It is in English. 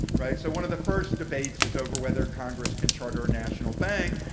right? so one of the first debates is over whether congress can charter a national bank.